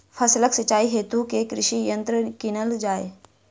फसलक सिंचाई हेतु केँ कृषि यंत्र कीनल जाए?